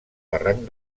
barranc